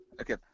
Okay